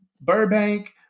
Burbank